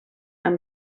amb